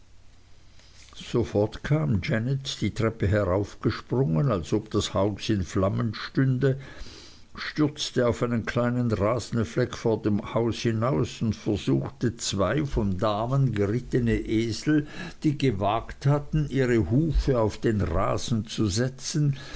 sofort kam janet die treppe heraufgesprungen als ob das haus in flammen stünde stürzte auf einen kleinen rasenfleck vor dem haus hinaus und verscheuchte zwei von damen gerittene esel die gewagt hatten ihre hufe auf den rasen zu setzen